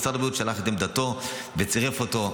משרד הבריאות שלח את עמדתו וצירף אותה,